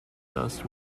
dust